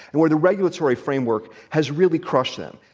and where the regulatory framework has really crushed them.